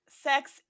sex